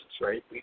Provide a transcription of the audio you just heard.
right